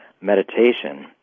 meditation